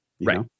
Right